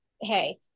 Hey